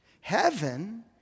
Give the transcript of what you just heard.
Heaven